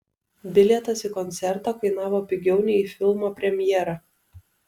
bilietas į koncertą kainavo pigiau nei į filmo premjerą